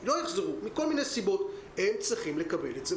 שמענו, זה מגיע מהרבה הורים שצריכים.